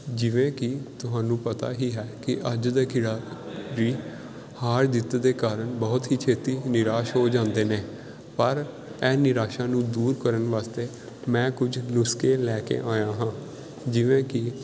ਜਿਵੇਂ ਕਿ ਤੁਹਾਨੂੰ ਪਤਾ ਹੀ ਹੈ ਕਿ ਅੱਜ ਦਾ ਖਿਡਾ ਵੀ ਹਾਰ ਜਿੱਤ ਦੇ ਕਾਰਣ ਬਹੁਤ ਹੀ ਛੇਤੀ ਨਿਰਾਸ਼ ਹੋ ਜਾਂਦੇ ਨੇ ਪਰ ਇਹ ਨਿਰਾਸ਼ਾ ਨੂੰ ਦੂਰ ਕਰਨ ਵਾਸਤੇ ਮੈਂ ਕੁਝ ਨੁਸਖੇ ਲੈ ਕੇ ਆਇਆ ਹਾਂ ਜਿਵੇਂ ਕਿ